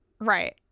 Right